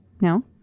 No